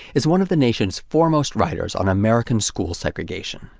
is one of the nation's foremost writers on american school segregation.